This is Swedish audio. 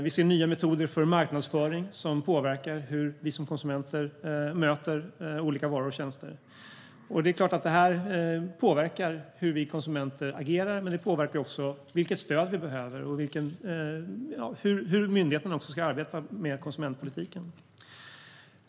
Vi ser nya metoder för marknadsföring som påverkar hur vi som konsumenter möter olika varor och tjänster. Det är klart att detta påverkar hur vi konsumenter agerar, men det påverkar också vilket stöd vi behöver och hur myndigheterna ska arbeta med konsumentpolitiken.